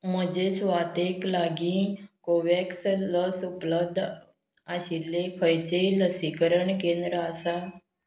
म्हजें सुवातेक लागीं कोव्हॅक्स लस उपलब्ध आशिल्लें खंयचींय लसीकरण केंद्रां आसा